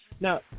now